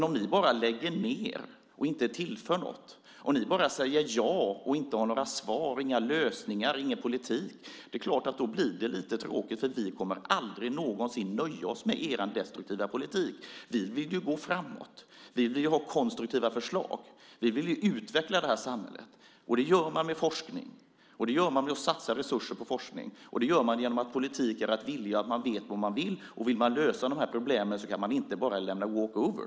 Om ni bara lägger ned och inte tillför något, om ni bara säger ja och inte har några svar, inga lösningar och ingen politik, är det klart att det blir lite tråkigt. Vi kommer aldrig någonsin att nöja oss med er destruktiva politik. Vi vill gå framåt. Vi vill ha konstruktiva förslag. Vi vill utveckla det här samhället. Det gör man med forskning. Det gör man genom att satsa resurser på forskning. Det gör man genom att anse att politik är att vilja och veta vad man vill. Vill man lösa de här problemen kan man inte bara lämna walk over.